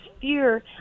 fear